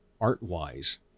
art-wise